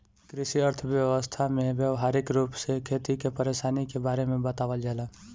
कृषि अर्थशास्त्र में व्यावहारिक रूप से खेती के परेशानी के बारे में बतावल जाला